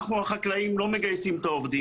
אנחנו החקלאים לא מגייסים את העובדים,